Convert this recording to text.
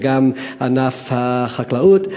וגם על ענף החקלאות,